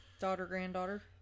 Daughter-granddaughter